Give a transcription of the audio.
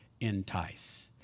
entice